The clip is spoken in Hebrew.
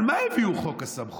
על מה הביאו את חוק הסמכויות,